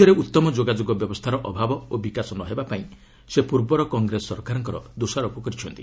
ରାଜ୍ୟରେ ଉତ୍ତମ ଯୋଗାଯୋଗ ବ୍ୟବସ୍ଥାର ଅଭାବ ଓ ବିକାଶ ନ ହେବା ପାଇଁ ସେ ପୂର୍ବର କଂଗ୍ରେସ ସରକାରଙ୍କର ଦୋଷାରୋପ କରିଛନ୍ତି